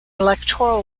electoral